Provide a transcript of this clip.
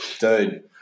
Dude